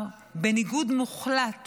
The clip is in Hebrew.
לדיון בוועדת חוץ וביטחון בניגוד מוחלט,